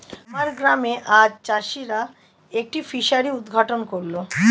আমার গ্রামে আজ চাষিরা একটি ফিসারি উদ্ঘাটন করল